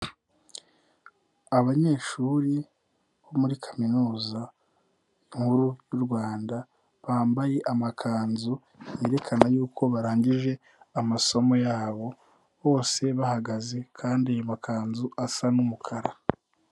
Abanyeshuri bo muri kaminuza nkuru y'u Rwanda, bambaye amakanzu yerekana yuko barangije amasomo yabo, bose bahagaze kandi amakanzu asa n'umukara.